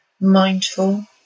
mindful